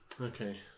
Okay